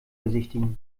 besichtigen